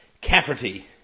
Cafferty